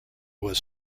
was